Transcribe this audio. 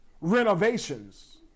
renovations